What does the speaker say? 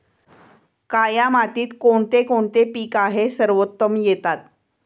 काया मातीत कोणते कोणते पीक आहे सर्वोत्तम येतात?